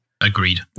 Agreed